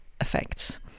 effects